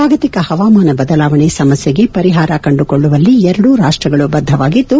ಜಾಗತಿಕ ಪವಾಮಾನ ಬದಲಾವಣೆ ಸಮಸ್ಯೆಗೆ ಪರಿಪಾರ ಕಂಡುಕೊಳ್ಳುವಲ್ಲಿ ಎರಡೂ ರಾಷ್ಟಗಳು ಬದ್ಧವಾಗಿದ್ದು